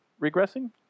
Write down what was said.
regressing